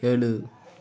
ஏழு